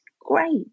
great